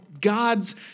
God's